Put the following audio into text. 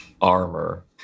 armor